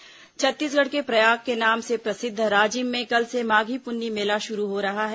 राजिम पुन्नी मेला छत्तीसगढ़ के प्रयाग के नाम से प्रसिद्ध राजिम में कल से माघी पुन्नी मेला शुरू हो रहा है